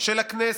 של הכנסת,